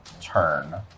turn